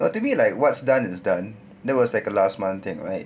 but to me like what's done is done that was like a last month thing right